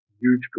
huge